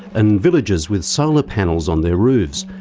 and villagers with solar panels on their roofs,